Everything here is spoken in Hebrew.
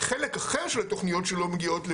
חלק אחר של התוכניות שלא מגיעות לבשלות,